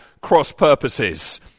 cross-purposes